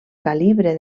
calibre